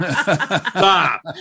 Stop